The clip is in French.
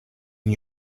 n’y